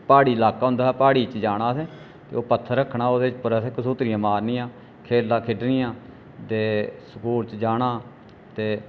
प्हाड़ी लाका होंदा हा प्हाड़ी च जाना असें ते ओह् पत्थर रक्खन ओह्दे उप्पर असें घसुतड़ियां मारनियां खेढां खेढनियां ते स्कूल च जाना ते